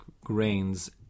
grains